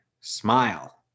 smile